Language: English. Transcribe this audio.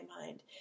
mind